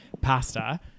pasta